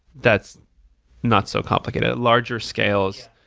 that's not so complicated. at larger scales,